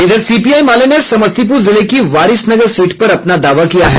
इधर सीपीआई माले ने समस्तीपूर जिले की वारिसनगर सीट पर अपना दावा किया है